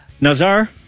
Nazar